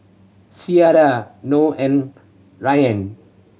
Syirah Noh and Rayyan